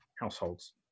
households